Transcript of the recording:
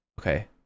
okay